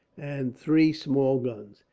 and three small guns.